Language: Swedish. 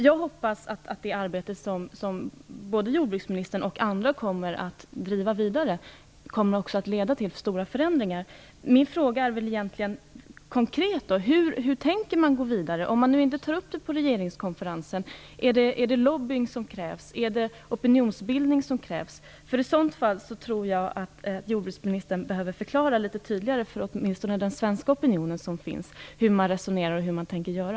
Jag hoppas att det arbete som både jordbruksministern och andra kommer att driva vidare också kommer att leda till stora förändringar. Min konkreta fråga är: Hur tänker man gå vidare? Om man inte tar upp detta på regeringskonferensen, är det då lobbying som krävs eller är det opinionsbildning som krävs? I så fall tror jag att jordbruksministern behöver förklara litet tydligare för åtminstone den svenska opinion som finns hur man resonerar och hur man tänker göra.